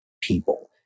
people